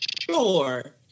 sure